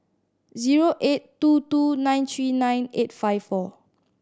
zero eight two two nine three nine eight five four